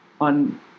on